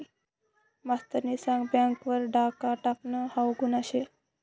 मास्तरनी सांग बँक वर डाखा टाकनं हाऊ गुन्हा शे